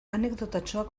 anekdotatxoa